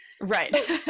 right